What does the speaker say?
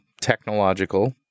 technological